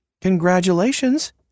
congratulations